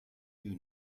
you